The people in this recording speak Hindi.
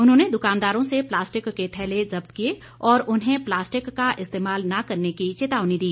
उन्होने दुकानकारों से प्लास्टिक के थैले जब्त किए और उन्हें प्लास्टिक का इस्तेमाल न करने की चेतावनी दी